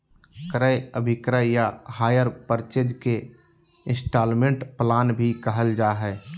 क्रय अभिक्रय या हायर परचेज के इन्स्टालमेन्ट प्लान भी कहल जा हय